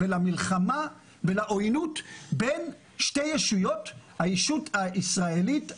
למלחמה ולעוינות בין שתי ישויות: הישות הישראלית,